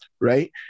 right